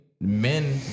Men